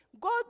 God